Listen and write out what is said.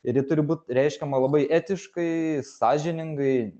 ir ji turi būt reiškiama labai etiškai sąžiningai